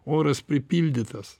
oras pripildytas